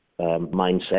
mindset